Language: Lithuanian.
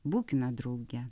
būkime drauge